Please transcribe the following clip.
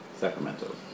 Sacramento